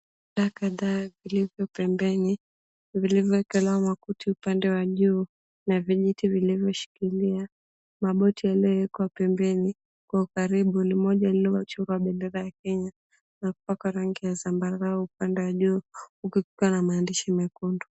...kadhaa vilivyo pembeni vilivyokuwa vimekutwa upande wa juu na venyeti vilivyoshikilia maboti yaliyowekwa pembeni kwa ukaribu moja lililochukua bendera ya Kenya na kupakwa rangi ya zambarau upande wa juu ukikutana na maandishi mekundu.